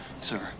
sir